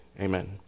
Amen